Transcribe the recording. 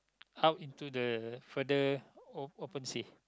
out into the further o~ open sea